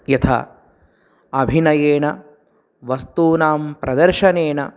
यथा अभिनयेन वस्तूनां प्रदर्शनेन